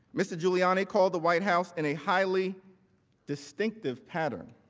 mr. giuliani called the white house in a highly distinctive pattern.